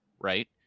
right